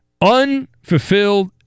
Unfulfilled